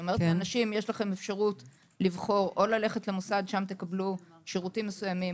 לאנשים: יש לכם אפשרות או ללכת למוסד שם תקבלו שירותים מסוימים,